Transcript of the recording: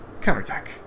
counterattack